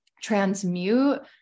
transmute